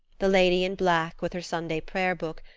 the lady in black, with her sunday prayer-book,